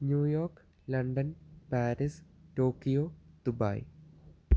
New York London Paris Tokyo Dubai